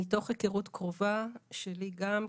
מתוך היכרות קרובה שלי גם,